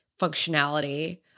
functionality